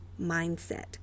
mindset